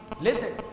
Listen